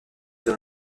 dans